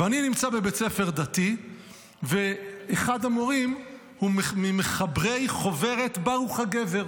ואני נמצא בבית ספר דתי ואחד המורים הוא ממחברי החוברת "ברוך הגבר",